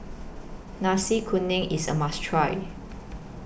Nasi Kuning IS A must Try